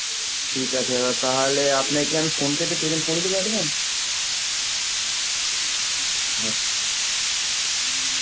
ঠিক আছে দাদা তাহলে আপনাকে আমি ফোনপেতে পেমেন্ট করে দেবো অ্যাডভান্স